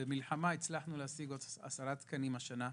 במלחמה הצלחנו להשיג עוד עשרה תקנים השנה.